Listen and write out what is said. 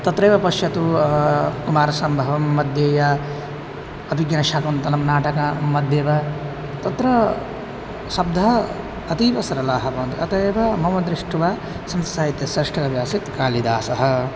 तत्रैव पश्यतु कुमारसम्भवं मध्ये यत् अभिज्ञानशाकुन्तलं नाटकस्य मध्ये वा तत्र शब्दः अतीवसरलाः भवन्ति अत एव मम दृष्ट्वा संस्कृतं साहित्यस्य श्रेष्ठकविः आसीत् कालिदासः